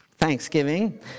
Thanksgiving